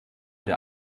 der